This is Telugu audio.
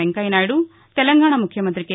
వెంకయ్య నాయుడు తెలంగాణ ముఖ్యమంత్రి కె